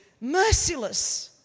merciless